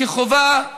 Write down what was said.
כחובה,